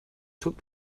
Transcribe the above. took